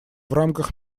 рамках